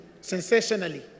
sensationally